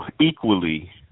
Equally